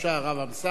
הרב אמסלם,